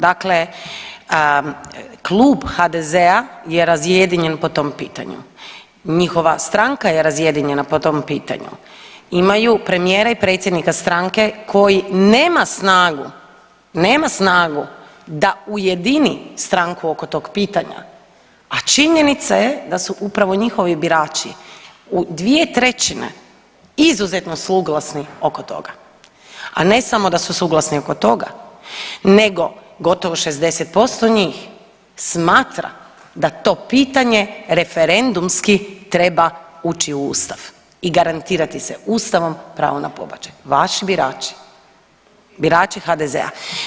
Dakle, Klub HDZ-a je razjedinjen po tom pitanju, njihova stranka je razjedinjena po tom pitanju, imaju premijera i predsjednika stranke koji nema snagu, nema snagu da ujedini stranku oko tog pitanja, a činjenica je da su upravo njihovi birači u 2/3 izuzetno suglasni oko toga, a ne samo da su suglasni oko toga nego gotovo 60% njih smatra da to pitanje referendumski treba ući u ustav i garantirati se ustavom pravo na pobačaj, vaši birači, birači HDZ-a.